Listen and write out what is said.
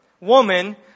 Woman